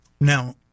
Now